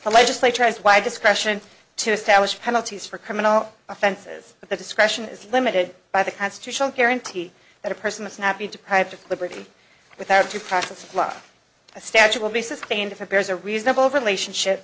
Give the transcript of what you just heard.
the legislature has wide discretion to establish penalties for criminal offenses but the discretion is limited by the constitutional guarantee that a person must not be deprived of liberty with or to practice law a statue will be sustained if it bears a reasonable over the nation ship